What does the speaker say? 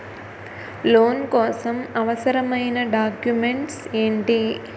Loan కోసం అవసరమైన documents ఎంటి?